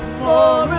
more